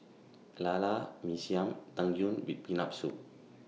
Lala Mee Siam and Tang Yuen with Peanut Soup